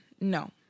No